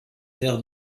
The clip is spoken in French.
der